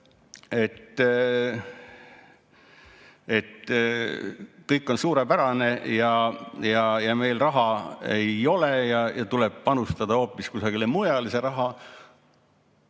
kõik on suurepärane ja meil raha ei ole ja tuleb panustada hoopis kusagile mujale see raha